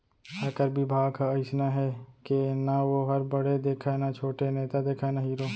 आयकर बिभाग ह अइसना हे के ना वोहर बड़े देखय न छोटे, नेता देखय न हीरो